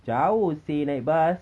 jauh seh naik bus